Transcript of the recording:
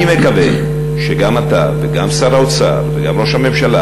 אני מקווה שגם אתה וגם שר האוצר וגם ראש הממשלה